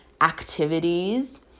activities